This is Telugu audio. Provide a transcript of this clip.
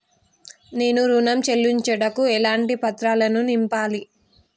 నేను ఋణం చెల్లించుటకు ఎలాంటి పత్రాలను నింపాలి?